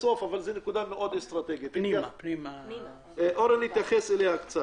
מאוד אסטרטגית שאורן התייחס אליה,